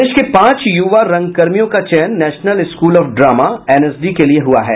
प्रदेश के पांच यूवा रंगकर्मियों का चयन National School of Drama NSD के लिए हुआ है